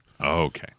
Okay